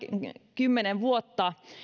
kymmenen vuotta